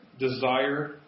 Desire